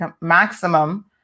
maximum